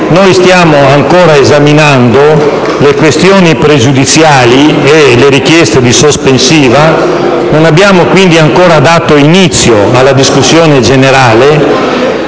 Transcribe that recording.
Noi stiamo ancora esaminando le questioni pregiudiziali e le richieste di sospensiva, per cui non abbiamo ancora dato inizio alla discussione generale.